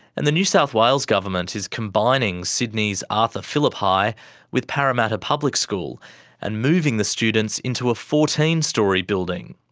and the new south wales government is combining sydney's arthur phillip high with parramatta public school and moving the students into a fourteen storey building.